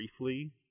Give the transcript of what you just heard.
briefly